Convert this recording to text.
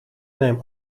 neem